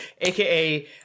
aka